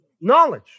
knowledge